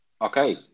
Okay